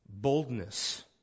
boldness